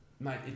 Mate